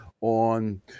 on